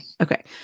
Okay